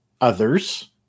others